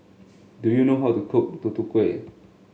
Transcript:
do you know how to cook Tutu Kueh